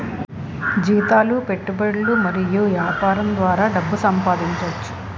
జీతాలు పెట్టుబడులు మరియు యాపారం ద్వారా డబ్బు సంపాదించోచ్చు